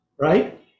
Right